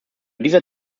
dieser